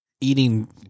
eating